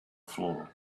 flaw